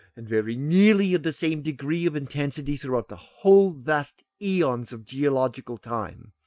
and very nearly of the same degree of intensity throughout the whole vast eons of geological time,